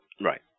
Right